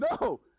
no